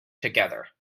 together